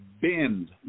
bend